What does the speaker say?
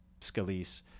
Scalise